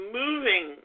moving